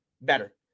better